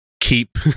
keep